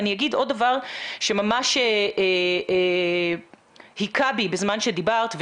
אני אגיד עוד דבר שממש היכה בי בזמן שדיברת,